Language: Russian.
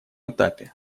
этапе